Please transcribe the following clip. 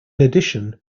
addition